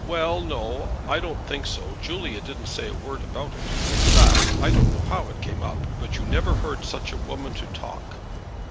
well no, i don't think so. julia didn't say a word about it. in fact, i don't know how it came up. but you never heard such a woman to talk